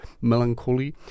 melancholy